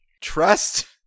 Trust